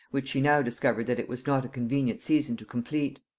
which she now discovered that it was not a convenient season to complete.